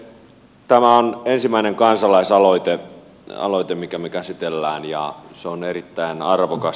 tämä on ensimmäinen kansalaisaloite minkä me käsittelemme ja se on erittäin arvokas